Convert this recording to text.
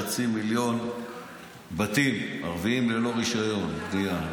יש חצי מיליון בתים ערביים ללא רישיון בנייה.